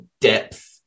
depth